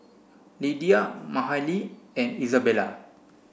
Lidia Mahalie and Izabella